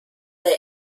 der